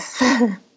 Yes